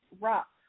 Rock